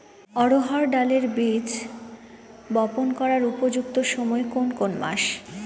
অড়হড় ডালের বীজ বপন করার উপযুক্ত সময় কোন কোন মাস?